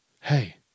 Hey